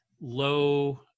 low